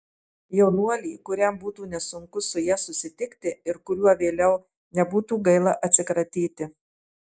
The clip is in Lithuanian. jaunuolį kuriam būtų nesunku su ja susitikti ir kuriuo vėliau nebūtų gaila atsikratyti